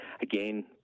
again